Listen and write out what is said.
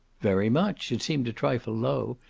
very much. it seemed a trifle low,